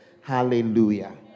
Hallelujah